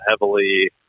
heavily